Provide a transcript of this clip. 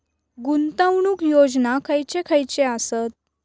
गुंतवणूक योजना खयचे खयचे आसत?